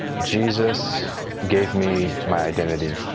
jesus gave me my identity.